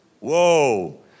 whoa